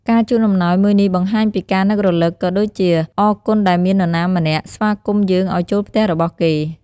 ការជូនអំណោយមួយនេះបង្ហាញពីការនឹករឭក ក៏ដូចជាអរគុណដែលមាននរណាម្នាក់ស្វាគមន៍យើងឱ្យចូលផ្ទះរបស់គេ។